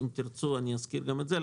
אם תרצו אזכיר גם את זה,